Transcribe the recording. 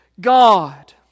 God